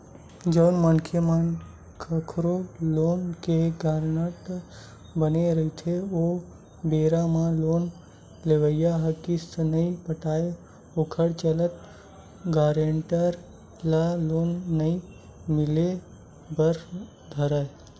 जउन मनखे ह कखरो लोन के गारंटर बने रहिथे ओ बेरा म लोन लेवइया ह किस्ती नइ पटाय ओखर चलत गारेंटर ल लोन नइ मिले बर धरय